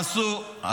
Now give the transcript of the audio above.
עשו --- לא התגעגענו.